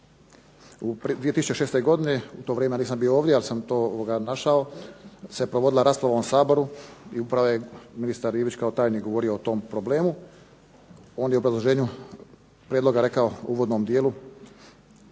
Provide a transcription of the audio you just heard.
U 2006. godini, u to vrijeme ja nisam bio ovdje, ali sam to našao, se provodila rasprava u Saboru i upravo je ministra Ivić kao tajnik govorio o tom problemu. On je u obrazloženju prijedloga rekao u uvodnom dijelu